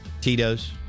Tito's